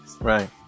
Right